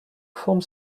forme